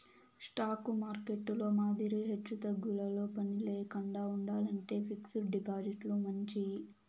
stock మార్కెట్టులో మాదిరి ఎచ్చుతగ్గులతో పనిలేకండా ఉండాలంటే ఫిక్స్డ్ డిపాజిట్లు మంచియి